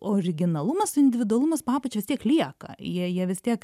originalumas individualumas po apačia vis tiek lieka jie jie vis tiek